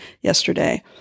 yesterday